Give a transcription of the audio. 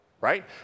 right